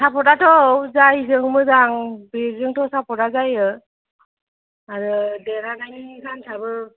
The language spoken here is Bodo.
सापर्तआथ' औ जायजों मोजां बेजोंथ' सापर्तआ जायो आरो देरहानायनि सान्सआबो